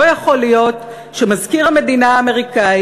לא יכול להיות שמזכיר המדינה האמריקני